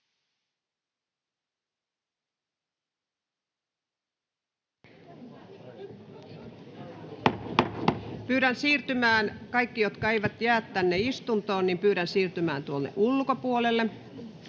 Pyydän siirtymään kaikkia, jotka eivät jää tänne istuntoon, tuonne ulkopuolelle.